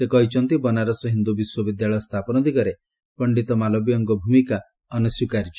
ସେ କହିଛନ୍ତି ବନାରସ ହିନ୍ଦୁ ବିଶ୍ୱବିଦ୍ୟାଳୟ ସ୍ଥାପନ ଦିଗରେ ପଣ୍ଡିତ ମାଲବୀୟଙ୍କ ଭୂମିକା ଅନସ୍ୱିକାର୍ଯ୍ୟ